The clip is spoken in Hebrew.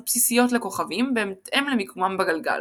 בסיסיות לכוכבים בהתאם למיקומם בגלגל.